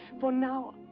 for now